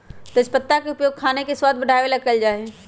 तेजपत्ता के उपयोग खाने के स्वाद बढ़ावे ला कइल जा हई